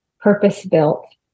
purpose-built